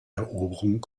eroberung